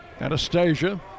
Anastasia